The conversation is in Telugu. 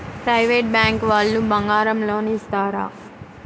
ప్రైవేట్ బ్యాంకు వాళ్ళు బంగారం లోన్ ఇస్తారా?